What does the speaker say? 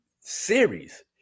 series